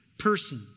Person